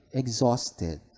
exhausted